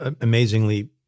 amazingly